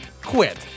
Quit